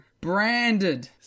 Branded